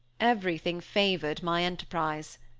everything favored my enterprise.